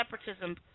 separatism